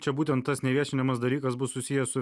čia būtent tas neviešinamas dalykas bus susijęs su